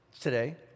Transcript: today